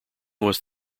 was